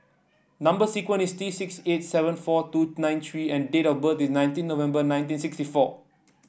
number sequence is T six eight seven four two nine three G and date of birth is nineteen November nineteen sixty four